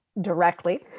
directly